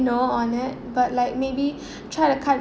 no on it but like maybe try to cut